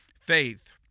Faith